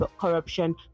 corruption